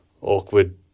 awkward